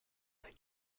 went